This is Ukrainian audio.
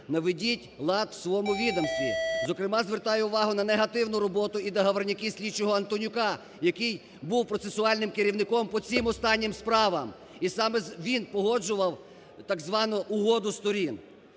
наведіть лад у своєму відомстві, зокрема, звертаю увагу на негативну роботу і договорняки слідчого Антонюка, який був процесуальним керівником по цим останнім справам, і саме він погоджував, так звану, угоду сторін.